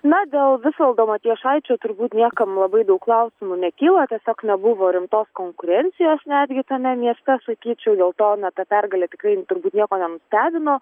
na dėl visvaldo matijošaičio turbūt niekam labai daug klausimų nekyla tiesiog nebuvo rimtos konkurencijos netgi tame mieste sakyčiau dėl to na ta pergalė tikrai turbūt nieko nenustebino